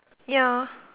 ya